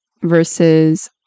versus